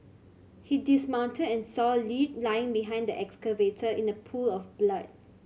he dismounted and saw Lee lying behind the excavator in a pool of blood